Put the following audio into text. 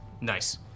Nice